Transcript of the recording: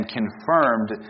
confirmed